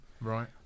right